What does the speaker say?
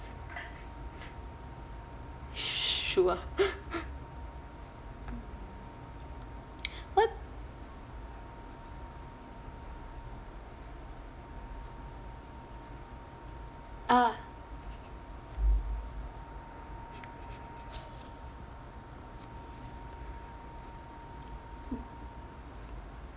su~ su~ sure what uh